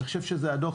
אני חושב שזה הדוח